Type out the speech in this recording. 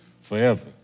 forever